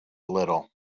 little